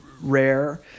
rare